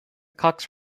cox